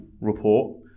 report